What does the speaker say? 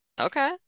okay